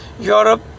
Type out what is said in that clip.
Europe